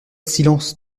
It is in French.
silence